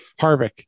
Harvick